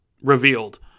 revealed